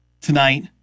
tonight